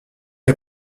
est